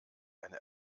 eine